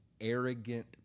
arrogant